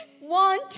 one